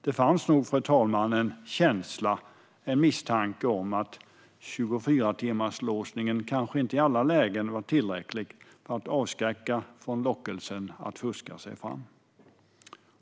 Det fanns nog en känsla och en misstanke om att 24-timmarslåsningen kanske inte i alla lägen var tillräcklig för att avskräcka från lockelsen att fuska sig fram.